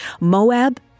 Moab